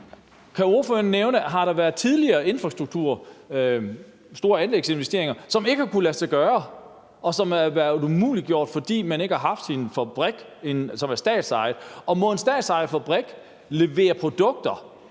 Kan ordføreren sige, om der tidligere har været store infrastrukturanlægsinvesteringer, som ikke har kunnet lade sig gøre, som er blevet umuliggjort, fordi man ikke har haft en fabrik, der var statsejet? Og må en statsejet fabrik levere produkter,